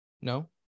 No